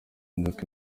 modoka